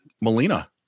Melina